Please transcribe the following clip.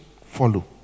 follow